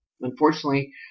unfortunately